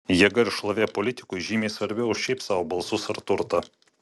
jėga ir šlovė politikui žymiai svarbiau už šiaip sau balsus ar turtą